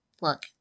Look